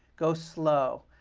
go slow.